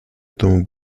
этому